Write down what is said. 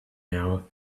now